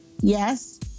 Yes